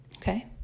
Okay